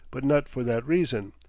but not for that reason.